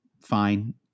fine